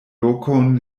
lokon